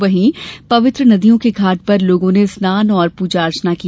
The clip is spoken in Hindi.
वहीं पवित्र नदियों के घांट पर लोगो ने स्नान और पूजा अर्चना की